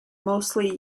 mostly